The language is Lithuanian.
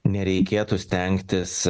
nereikėtų stengtis